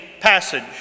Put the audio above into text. passage